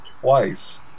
twice